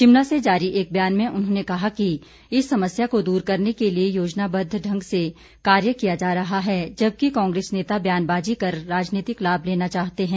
शिमला से जारी एक बयान में उन्होंने कहा कि इस समस्या को दूर करने के लिए योजनाबद्व ढंग से कार्य किया जा रहा है जबकि कांग्रेस नेता बयानबाजी कर राजनीतिक लाभ लेना चाहते हैं